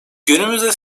günümüzde